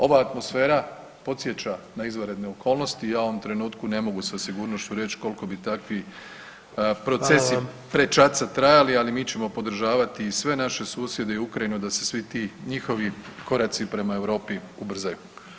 Ova atmosfera podsjeća na izvanredne okolnosti, ja u ovom trenutku ne mogu sa sigurnošću reći koliko bi takvi procesi [[Upadica: Hvala vam.]] prečaca trajali, ali mi ćemo podržavati i sve naše susjede i Ukrajinu, da se svi ti njihovi koraci prema Europi ubrzaju.